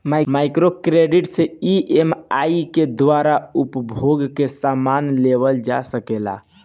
micro credit से EMI के द्वारा उपभोग के समान लेवल जा सकेला